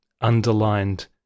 underlined